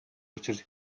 учир